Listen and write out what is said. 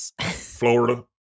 Florida